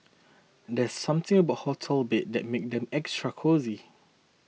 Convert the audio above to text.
there's something about hotel beds that makes them extra cosy